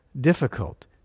difficult